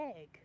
egg